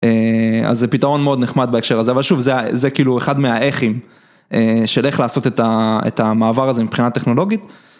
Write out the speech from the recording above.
אז זה פתרון מאוד נחמד בהקשר הזה, אבל שוב זה כאילו אחד מהאכים של איך לעשות את המעבר הזה מבחינה טכנולוגית.